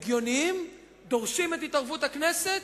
הגיוניים, ודורשים את התערבות הכנסת,